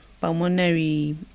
pulmonary